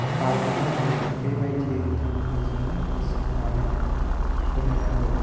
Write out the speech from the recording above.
बारग'नो हायो बेबायदियै बिथांमोनखौ जोङो बोसोन होनानै होनो नांगौ